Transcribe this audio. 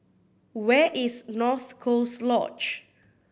where is North Coast Lodge